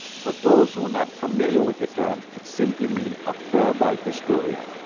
for those who are not familiar with the term, it simply means a verbal historian.